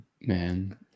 Man